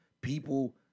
people